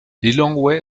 lilongwe